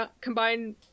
combine